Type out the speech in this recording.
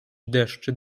deszcz